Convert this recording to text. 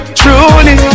truly